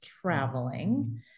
traveling